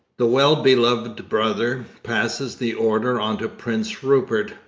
the well beloved brother passes the order on to prince rupert,